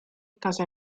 causa